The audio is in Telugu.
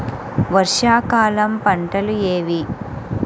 వర్షాకాలం పంటలు ఏవి?